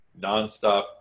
nonstop